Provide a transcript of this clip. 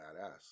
badass